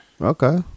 Okay